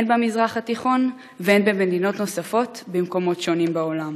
הן במזרח התיכון והן במדינות נוספות במקומות שונים בעולם.